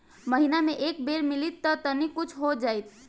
महीना मे एक बेर मिलीत त तनि कुछ हो जाइत